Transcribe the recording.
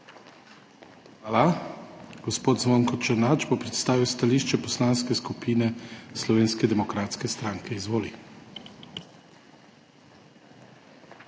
Hvala. Gospod Zvonko Černač bo predstavil stališče Poslanske skupine Slovenske demokratske stranke. Izvoli.